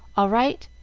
all right.